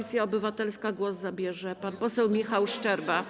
Koalicja Obywatelska głos zabierze pan poseł Michał Szczerba.